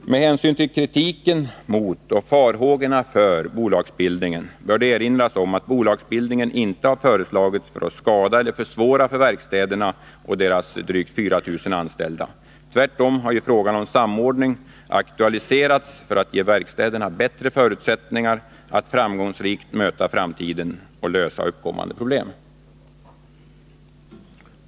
Med hänsyn till kritiken mot bolagsbildningen och de farhågor som uttalats bör det erinras om att bolagsbildningen inte har föreslagits för att skada eller göra det svårare för verkstäderna och deras drygt 4 000 anställda. Tvärtom har ju frågan om samordning aktualiserats för att ge verkstäderna bättre förutsättningar att framgångsrikt möta framtiden och lösa uppkommande problem.